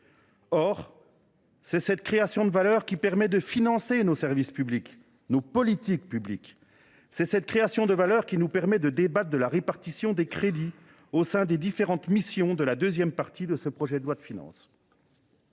Or c’est cette création de valeur qui permet de financer nos services publics et nos politiques publiques, et de débattre de la répartition des crédits au sein des différentes missions de la deuxième partie de ce projet de loi de finances.